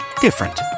different